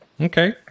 Okay